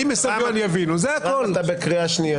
זה הדבר היחיד שאתה אומר.